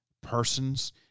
persons